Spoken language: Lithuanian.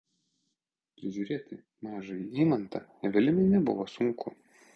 prižiūrėti mažąjį eimantą evelinai nebuvo sunku